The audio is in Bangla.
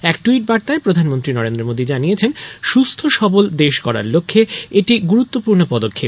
এক ট্যুইট বার্তায় প্রধানমন্ত্রী নরেন্দ্র মোদী জানিয়েছেন সুস্হ সবল দেশ গড়ার লক্ষে এটি গুরুত্বপূর্ণ পদক্ষেপ